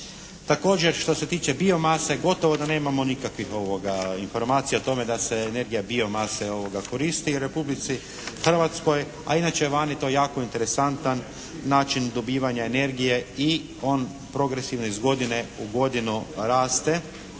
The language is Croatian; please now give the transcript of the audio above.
Također što se tiče biomase, gotovo da nemamo nikakvih informacija o tome da se energija biomase koristi u Republici Hrvatskoj, a inače je vani to jako interesantan način dobivanja energije i on progresivno iz godine u godinu raste.